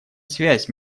связь